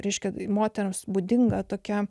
ryški moterims būdinga tokia